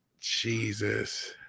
Jesus